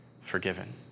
forgiven